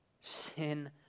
Sin